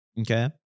okay